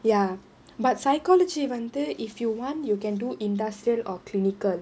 ya but psychology வந்து:vanthu if you want you can do industrial or clinical